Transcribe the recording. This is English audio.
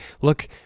look